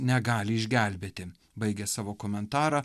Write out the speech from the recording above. negali išgelbėti baigė savo komentarą